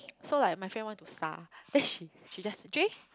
so like my friend want to 调 then she she just Jay